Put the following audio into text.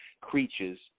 creatures